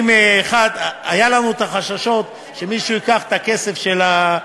היו לנו חששות שמישהו ייקח את הכסף של,